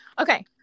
Okay